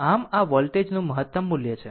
આમ આ વોલ્ટેજ નું મહત્તમનું મૂલ્ય છે